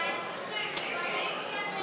תקציבי 36, משרד